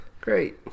Great